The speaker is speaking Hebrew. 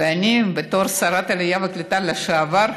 ואני, בתור שרת העלייה והקליטה לשעבר,